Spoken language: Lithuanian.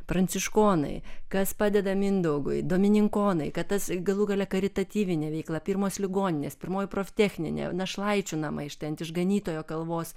pranciškonai kas padeda mindaugui dominikonai kad tas galų gale karitatyvinė veikla pirmos ligoninės pirmoji proftechninė našlaičių namai štai ant išganytojo kalvos